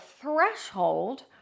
threshold